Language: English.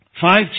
Five